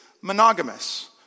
monogamous